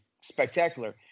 spectacular